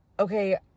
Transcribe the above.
okay